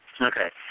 okay